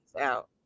out